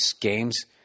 games